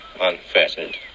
unfettered